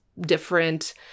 different